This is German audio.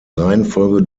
reihenfolge